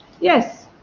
Yes